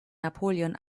napoleon